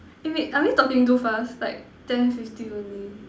eh wait are we talking too fast like ten fifteen only